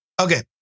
Okay